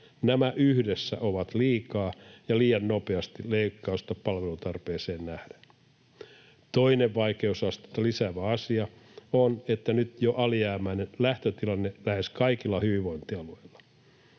Nämä yhdessä ovat liikaa ja liian nopeasti leikkausta palvelutarpeeseen nähden. Toinen vaikeusastetta lisäävä asia on jo nyt alijäämäinen lähtötilanne lähes kaikilla hyvinvointialueilla.